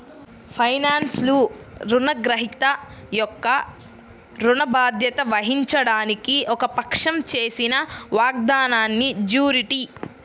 ఫైనాన్స్లో, రుణగ్రహీత యొక్క ఋణ బాధ్యత వహించడానికి ఒక పక్షం చేసిన వాగ్దానాన్నిజ్యూరిటీ